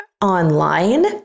online